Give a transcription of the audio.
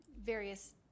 various